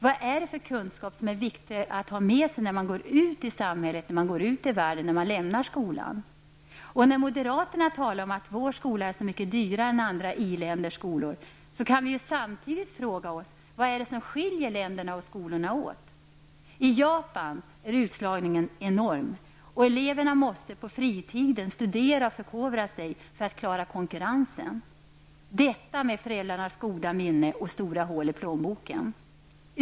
Vilka kunskaper är viktiga att ha med sig när man lämnar skolan och går ut i samhället och världen? När moderaterna talar om att våra skolor är så mycket dyrare än skolorna i andra i-länder, så finns det anledning att fråga vad som skiljer länderna och skolorna åt. I Japan är utslagningen enorm. Eleverna måste studera och förkovra sig på sin fritid för att klara sig i konkurrensen. Det får de göra med föräldrarnas goda minne och stora hål i plånboken.